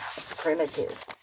primitive